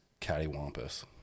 cattywampus